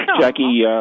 Jackie